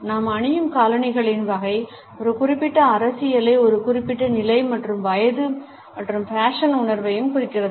நாம் அணியும் காலணிகளின் வகை ஒரு குறிப்பிட்ட அரசியலை ஒரு குறிப்பிட்ட நிலை மற்றும் வயது மற்றும் பேஷன் உணர்வையும் குறிக்கிறது